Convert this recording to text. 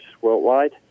worldwide